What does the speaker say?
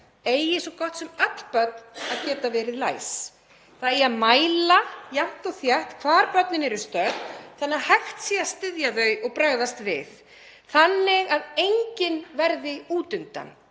eigi svo gott sem öll börn að geta verið læs. Það eigi að mæla jafnt og þétt hvar börnin eru stödd þannig að hægt sé að styðja þau og bregðast við þannig að enginn verði út undan.